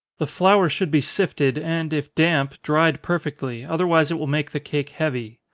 the flour should be sifted, and if damp, dried perfectly, otherwise it will make the cake heavy.